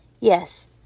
Yes